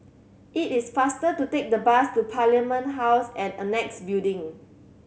it is faster to take the bus to Parliament House and Annexe Building